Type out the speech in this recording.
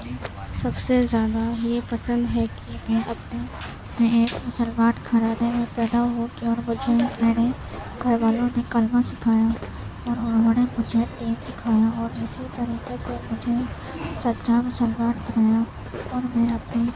سب سے زیادہ یہ پسند ہے کہ میں اپنے میں ایک مسلمان گھرانے میں پیدا ہو کے اور مجھے میرے گھر والوں نے کلمہ سکھایا اور انہوں نے مجھے دین سکھایا اور اسی طریقے سے مجھے سچا مسلمان بنایا اور میں اپنے